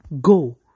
Go